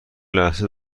لحظه